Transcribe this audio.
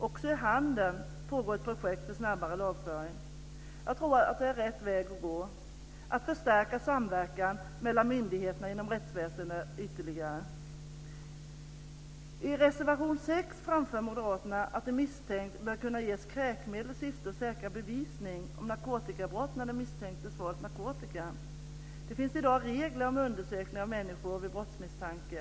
Också i Handen pågår ett projekt för snabbare lagföring. Jag tror att det är rätt väg att gå att förstärka samverkan mellan myndigheterna inom rättsväsendet ytterligare. I reservation 6 framför moderaterna att en misstänkt bör kunna ges kräkmedel i syfte att säkra bevisning om narkotikabrott när den misstänkte svalt narkotika. Det finns i dag regler för undersökningar av människor vid brottsmisstanke.